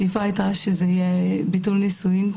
השאיפה הייתה שהם יפסקו על ביטול הנישואים,